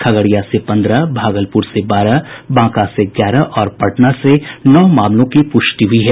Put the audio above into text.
खगड़िया से पन्द्रह भागलपुर से बारह बांका से ग्यारह और पटना से नौ मामलों की पुष्टि हुई है